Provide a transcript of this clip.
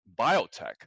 biotech